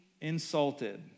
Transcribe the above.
insulted